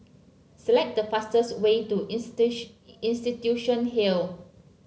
select the fastest way to Institution Hill